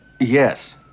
Yes